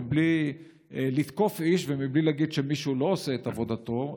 בלי לתקוף איש ובלי להגיד שמישהו לא עושה את עבודתו,